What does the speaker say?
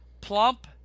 plump